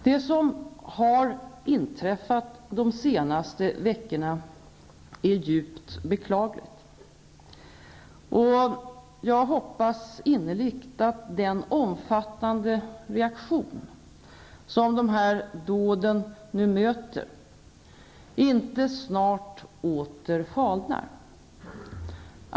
Det som har inträffat de senaste veckorna är djupt beklagligt. Jag hoppas innerligt att den omfattande reaktion som dessa dåd nu möter inte snart åter falnar.